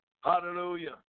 Hallelujah